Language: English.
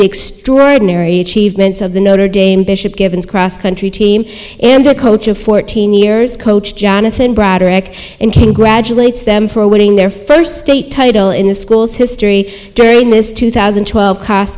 the extraordinary achievements of the notre dame bishop givens cross country team and the coach of fourteen years coach jonathan broderick and congratulates them for winning their first state title in the school's history during this two thousand and twelve co